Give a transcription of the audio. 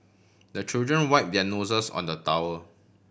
the children wipe their noses on the towel